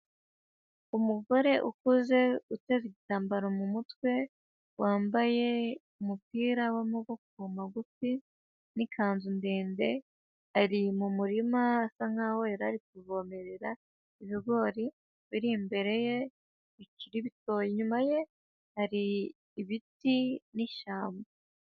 Umugore ukuze uteze igitambaro mu mutwe wambaye umupira w'amaboko magufi n'ikanzu ndende ari mu murima asa nk'aho yari ari kuvomerera ibigori biri imbere ye bikiri bitoya inyuma ye hari ibiti n'ishyamba.